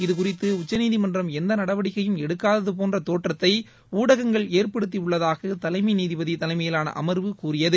இது குறித்து உச்சநீதிமன்றம் எந்த நடவடிக்கையும் எடுக்காதது போன்ற தோற்றத்தை ஊடகங்கள் ஏற்படுத்தியுள்ளதாக தலைமை நீதிபதி தலைமையிலான அமர்வு கூறியது